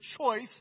choice